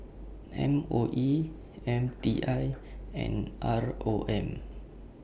M O E M T I and R O M